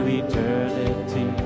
eternity